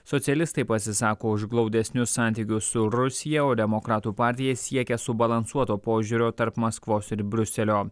socialistai pasisako už glaudesnius santykius su rusija o demokratų partija siekia subalansuoto požiūrio tarp maskvos ir briuselio